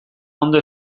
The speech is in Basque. ondo